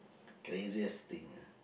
craziest thing ah